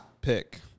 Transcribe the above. pick